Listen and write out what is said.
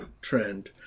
Trend